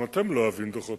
גם אתם לא אוהבים דוחות,